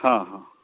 हँ हँ